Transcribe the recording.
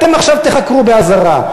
אתם עכשיו תיחקרו באזהרה.